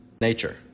Nature